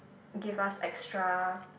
give us extra